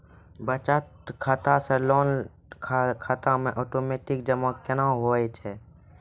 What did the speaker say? बचत खाता से लोन खाता मे ओटोमेटिक जमा केना होय छै?